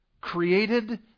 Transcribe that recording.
created